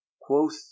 Quoth